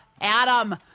Adam